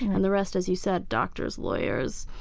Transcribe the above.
and the rest, as you said, doctors, lawyers,